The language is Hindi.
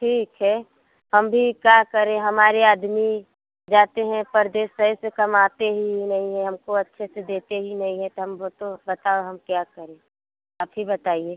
ठीक है हम भी का करें हमारे आदमी जाते हैं परदेस सही से कमाते ही नही हैं हमको अच्छे से देते ही नहीं हैं तो हम बतो बताओ हम क्या करें आप ही बताइए